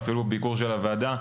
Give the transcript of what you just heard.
אפילו ביקור של הוועדה,